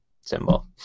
symbol